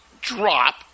drop